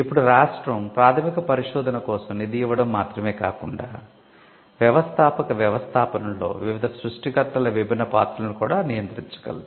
ఇప్పుడు రాష్ట్రం ప్రాథమిక పరిశోధన కోసం నిధి ఇవ్వడం మాత్రమే కాకుండా వ్యవస్థాపక వ్యవస్థాపనలో వివిధ సృష్టికర్తల విభిన్న పాత్రలను కూడా రాష్ట్రం నియంత్రించగలదు